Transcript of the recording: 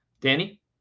Danny